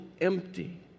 empty